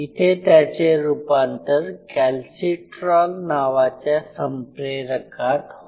इथे त्याचे रूपांतर कॅल्सिट्रॉल नावाच्या संप्रेरकात होते